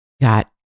got